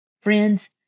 Friends